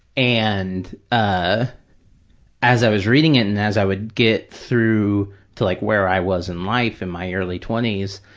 and ah as i was reading it and as i would get through to like where i was in life, in my early twenty s,